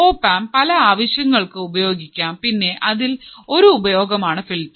op amp പല ആവശ്യങ്ങൾക്കു ഉപയോഗിക്കാം പിന്നെ അതിൽ ഒരു ഉപയോഗമാണ് ഫിൽട്ടർ